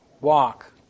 walk